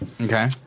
Okay